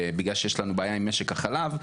בגלל שיש לנו בעיה עם משק החלב,